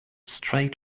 straight